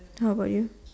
how about you